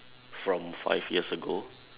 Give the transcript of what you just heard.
from five years ago